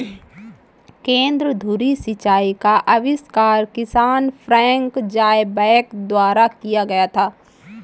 केंद्र धुरी सिंचाई का आविष्कार किसान फ्रैंक ज़ायबैक द्वारा किया गया था